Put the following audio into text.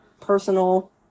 personal